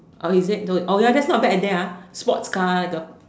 oh is it oh that's not a bad idea ah sports car just